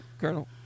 Colonel